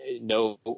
no